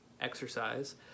exercise